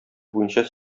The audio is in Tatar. буенча